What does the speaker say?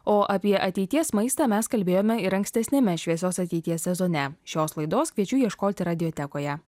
o apie ateities maistą mes kalbėjome ir ankstesniame šviesios ateities sezone šios laidos kviečiu ieškoti radiotekoje